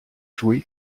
joué